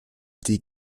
die